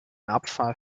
abfall